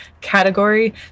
category